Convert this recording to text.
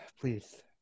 please